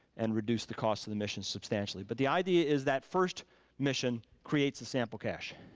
and reduce the cost of the mission substantially. but the idea is that first mission creates a sample cache.